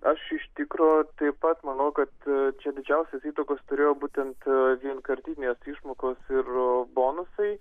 aš iš tikro taip pat manau kad čia didžiausios įtakos turėjo būtent vienkartinės išmokos ir bonusai